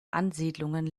ansiedlungen